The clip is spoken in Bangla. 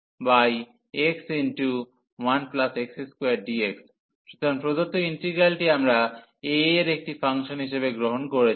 সুতরাং প্রদত্ত ইন্টিগ্রালটি আমরা a এর একটি ফাংশন হিসাবে গ্রহণ করেছি